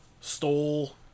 stole